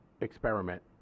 experiment